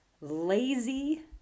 lazy